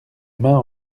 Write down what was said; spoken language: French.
main